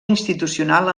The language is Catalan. institucional